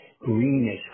greenish